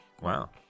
Wow